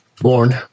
Born